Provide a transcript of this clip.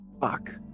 fuck